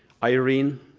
irene